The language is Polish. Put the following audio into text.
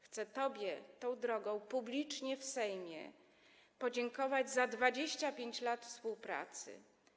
Chcę ci tą drogą, publicznie w Sejmie podziękować za 25 lat współpracy.